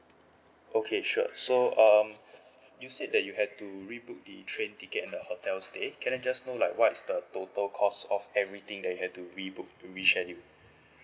okay sure so um you said that you had to re book the train ticket and the hotel stay can I just know like what is the total cost of everything that you had to re booked reschedule